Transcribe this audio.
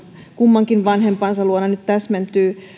kummankin vanhempansa luona täsmentyvät nyt